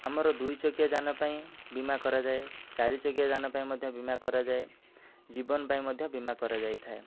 ଆମର ଦୁଇ ଚକିଆ ଯାନ ପାଇଁ ବୀମା କରାଯାଏ ଚାରି ଚକିଆ ଯାନ ପାଇଁ ମଧ୍ୟ ବୀମା କରାଯାଏ ଜୀବନ ପାଇଁ ମଧ୍ୟ ବୀମା କରାଯାଇଥାଏ